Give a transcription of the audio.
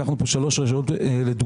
לקחנו כאן שלוש רשויות לדוגמה.